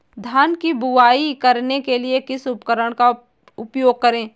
धान की बुवाई करने के लिए किस उपकरण का उपयोग करें?